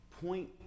point